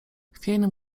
chwiejnym